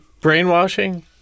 brainwashing